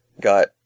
got